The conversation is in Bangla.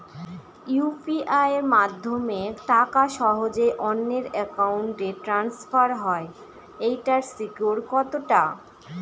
ইউ.পি.আই মাধ্যমে টাকা সহজেই অন্যের অ্যাকাউন্ট ই ট্রান্সফার হয় এইটার সিকিউর কত টা?